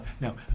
now